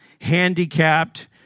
handicapped